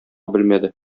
белмәде